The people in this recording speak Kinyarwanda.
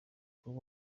kuba